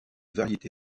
variété